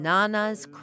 Nana's